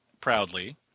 proudly